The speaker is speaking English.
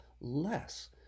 less